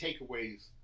takeaways